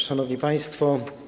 Szanowni Państwo!